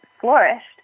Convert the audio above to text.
flourished